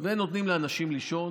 ונותנים לאנשים לישון,